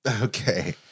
Okay